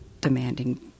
demanding